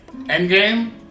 Endgame